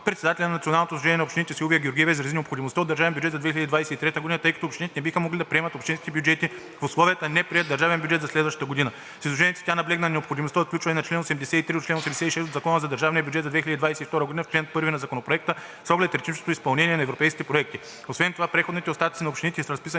Председателят на Националното сдружение на общините Силвия Георгиева изрази необходимостта от държавен бюджет за 2023 г., тъй като общините не биха могли да приемат общинските си бюджети в условията на неприет държавен бюджет за следващата година. В изложението тя наблегна на необходимостта от включването на чл. 83 до чл. 86 от Закона за държавния бюджет за 2022 г. в чл. 1 на Законопроекта с оглед ритмичното изпълнение на европейските проекти. Освен това, преходните остатъци на общините, разписани